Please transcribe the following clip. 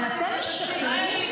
אבל אתם משקרים.